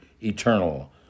eternal